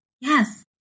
yes